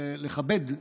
ולכבד